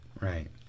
right